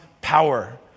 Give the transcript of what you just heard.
power